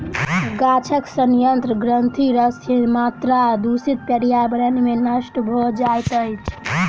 गाछक सयंत्र ग्रंथिरस के मात्रा दूषित पर्यावरण में नष्ट भ जाइत अछि